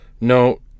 No